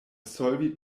solvi